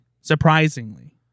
Surprisingly